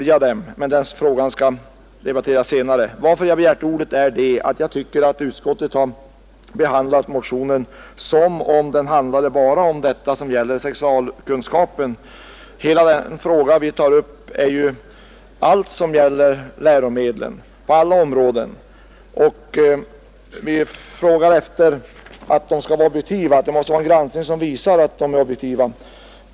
Jag har begärt ordet därför att jag tycker att utskottet har behandlat motionen som om den handlade enbart om läromedel som gäller sexualundervisningen. Den fråga vi tar upp gäller läromedlen på alla områden, och vi vill ha en granskning som visar att de är objektiva.